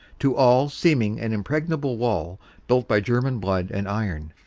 to all seem ing an impregnable wall built by german blood and iron.